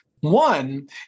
One